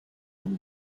and